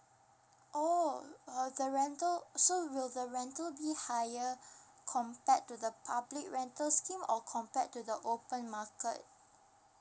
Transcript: oh uh the rental so will the rental be higher compared to the public rental scheme or compared to the open market